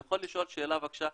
ד"ר, אני יכול לשאול שאלה, בבקשה?